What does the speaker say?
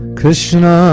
Krishna